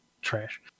trash